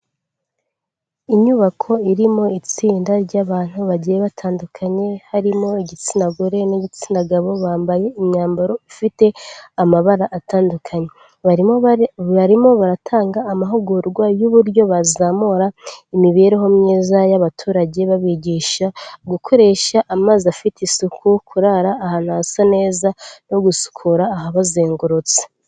Inyubako irimo itsinda ry'abantu bagiye batandukanye harimo igitsina gore n'igitsina gabo, bambaye imyambaro ifite amabara atandukanye. Barimo baratanga amahugurwa y'uburyo bazamura imibereho myiza y'abaturage babigisha gukoresha amazi afite isuku, kurara ahantu hasa neza no gusukura ahabazengurutse.